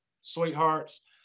sweethearts